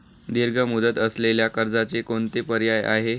दीर्घ मुदत असलेल्या कर्जाचे कोणते पर्याय आहे?